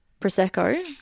Prosecco